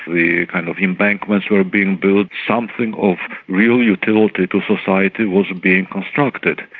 the kind of embankments were being built, something of real utility to society was being constructed.